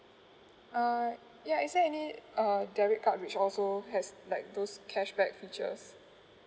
uh ya is there any uh debit card which also has like those cashback features